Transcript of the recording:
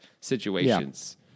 situations